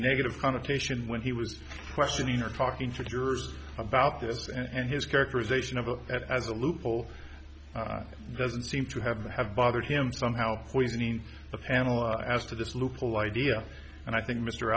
negative connotation when he was questioning her talking to yours about this and his characterization of a as a loophole doesn't seem to have the have bothered him somehow poisoning the panel as to this loophole idea and i think mr